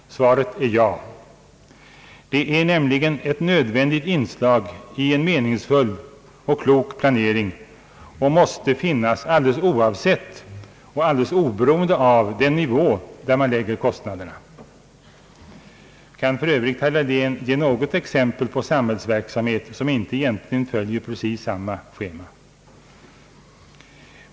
Svaret är ja. Detta är nämligen ett nödvändigt inslag i en meningsfull och klok planering och måste finnas alldeles oavsett och alldeles oberoende av den nivå på vilken kostnaderna läggs. Kan för övrigt herr Dahlén ge något exempel på samhällsverksamhet som egentligen inte följer precis samma schema?